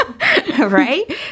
right